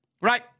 right